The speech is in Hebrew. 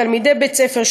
תלמידי בית-ספר,